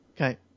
Okay